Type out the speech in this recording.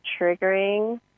triggering